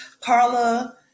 Carla